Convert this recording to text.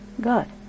God